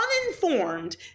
uninformed